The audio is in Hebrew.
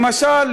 למשל,